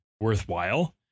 worthwhile